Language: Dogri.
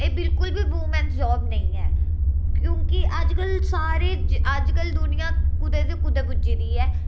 एह् बिल्कुल बी वूमेन जॉब नेईं ऐ क्योंकि अज्ज कल सारे अज्ज कल दूनिया कुदै दी कुदै पुज्जी दी ऐ